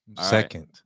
Second